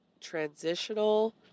transitional